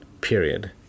Period